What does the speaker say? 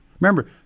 Remember